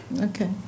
Okay